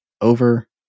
over